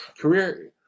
career